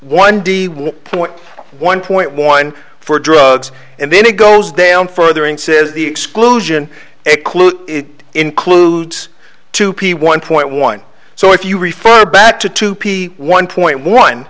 one point one point one for drugs and then it goes down further and says the exclusion a clue includes two p one point one so if you refer back to two p one point one